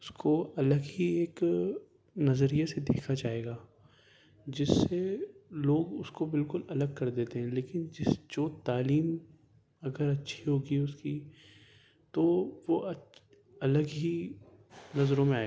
اس کو الگ ہی ایک نظریے سے دیکھا جائے گا جس سے لوگ اس کو بالکل الگ کر دیتے ہیں لیکن جس جو تعلیم اگر اچھی ہوگی اس کی تو وہ الگ ہی نظروں میں آئے گا